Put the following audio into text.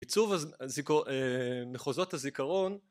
עיצוב מחוזות הזיכרון